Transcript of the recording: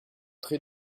très